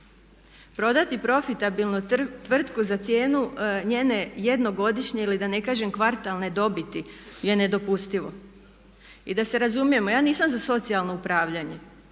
Prodati profitabilnu tvrtku za cijenu njene jednogodišnje ili da ne kažem kvartalne dobiti je nedopustivo. I da se razumijemo, ja nisam za socijalno upravljanje